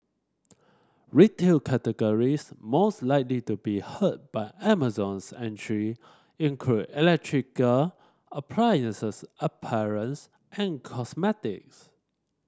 retail categories most likely to be hurt by Amazon's entry include electrical appliances apparels and cosmetics